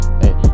hey